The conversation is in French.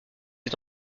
est